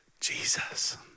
Jesus